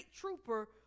trooper